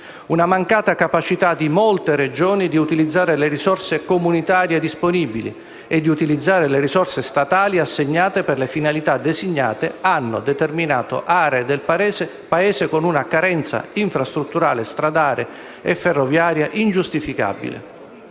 una mancata capacità di molte Regioni di utilizzare le risorse comunitarie disponibili e di utilizzare le risorse statali assegnate per le finalità designate hanno determinato aree del Paese con una carenza infrastrutturale stradale e ferroviaria ingiustificabile,